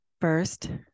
First